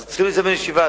אז צריכים לזמן את הישיבה,